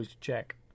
check